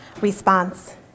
response